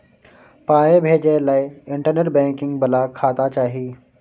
पाय भेजय लए इंटरनेट बैंकिंग बला खाता चाही